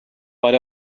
but